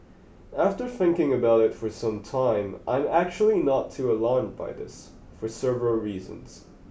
after thinking about it for some time I am actually not too alarmed by this for several reasons